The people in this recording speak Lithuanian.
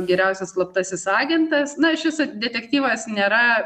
geriausias slaptasis agentas na šis detektyvas nėra